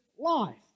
Life